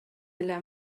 эле